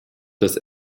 das